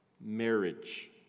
marriage